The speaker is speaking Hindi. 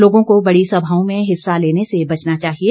लोगों को बड़ी सभाओं में हिस्सा लेने से बचना चाहिए